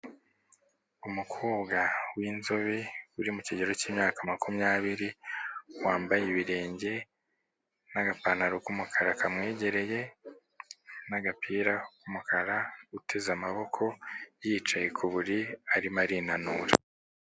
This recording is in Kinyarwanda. Umukobwa w'inzobe, uri mu kigero cy'imyaka makumyabiri, wambaye ibirenge n'agapantaro k'umukara kamwegereye, n'agapira k'umukara, uteze amaboko, yicaye ku buriri, arimo arinanura.